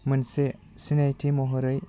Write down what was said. मोनसे सिनायथि महरै